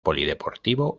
polideportivo